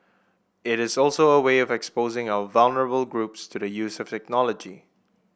it is also a way of exposing our vulnerable groups to the use of technology